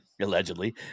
allegedly